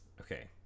okay